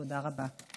תודה רבה.